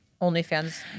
OnlyFans